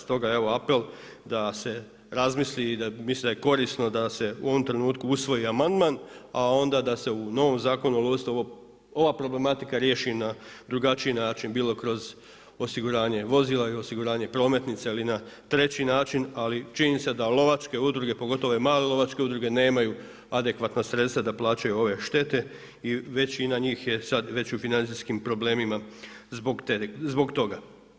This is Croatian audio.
Stoga evo apel da se razmisli, mislim da je korisno da se u ovom trenutku usvoji amandman, a onda se u novom Zakonu u lovstvu ova problematika riješi na drugačiji način, bilo kroz osiguranje vozila, osiguranje prometnica ili na treći način, ali činjenica da lovačke udruge, pogotovo ove male lovačke udruge nemaju adekvatna sredstva da plaćaju ove štete i većina njih je sad već u financijskim problemima zbog toga.